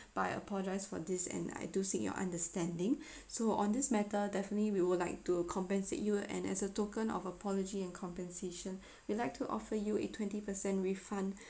but I apologise for this and I do seek your understanding so on this matter definitely we would like to compensate you and as a token of apology and compensation we'll like to offer you a twenty per cent refund